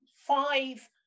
five